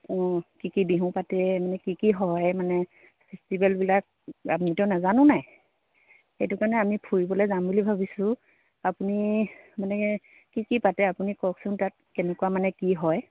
অঁ কি কি বিহু পাতে মানে কি কি হয় মানে ফেষ্টিভেলবিলাক আমিতো নাজানো নাই সেইটো কাৰণে আমি ফুৰিবলৈ যাম বুলি ভাবিছোঁ আপুনি মানে কি কি পাতে আপুনি কওকচোন তাত কেনেকুৱা মানে কি হয়